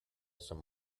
some